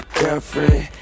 girlfriend